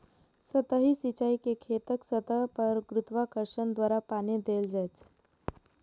सतही सिंचाइ मे खेतक सतह पर गुरुत्वाकर्षण द्वारा पानि देल जाइ छै